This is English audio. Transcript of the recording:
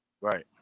Right